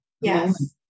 yes